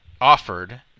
offered